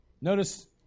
Notice